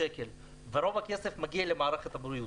רוב הכסף מגיע למערכת הבריאות.